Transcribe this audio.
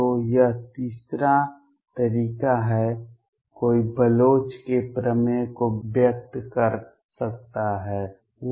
तो यह तीसरा तरीका है कोई बलोच के प्रमेय को व्यक्त कर सकता है